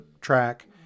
track